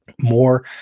more